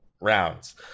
rounds